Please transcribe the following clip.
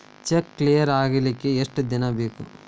Check clear ಆಗಲಿಕ್ಕೆ ಎಷ್ಟ ದಿನ ಬೇಕು?